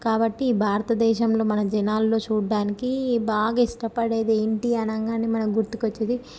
కాబట్టి ఈ భారతదేశంలో మన జనాల్లో చూడ్డానికి బాగా ఇష్టపడేది ఏంటి అనగానే మనకు గుర్తుకొచ్చేది